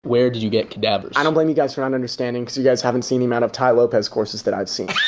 where did you get cadavers? i don't blame you guys around understanding cause you guys haven't seen the amount of tai lopez courses that i've seen.